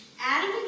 Adam